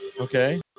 Okay